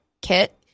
kit